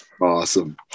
awesome